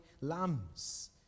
lambs